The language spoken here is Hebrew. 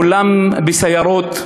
כולם בסיירות,